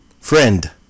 friend